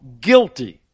guilty